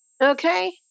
Okay